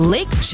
Lake